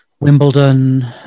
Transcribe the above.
Wimbledon